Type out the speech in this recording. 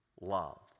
love